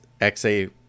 XA